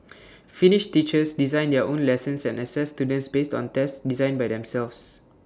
finnish teachers design their own lessons and assess students based on tests designed by themselves